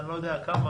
אני לא יודע כמה